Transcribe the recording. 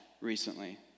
recently